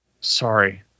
Sorry